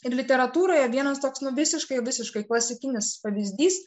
ir literatūroje vienas toks nu visiškai visiškai klasikinis pavyzdys